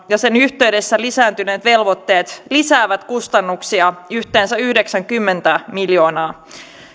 ja sen yhteydessä lisääntyneet velvoitteet lisäävät kustannuksia yhteensä yhdeksänkymmentä miljoonaa